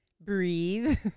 breathe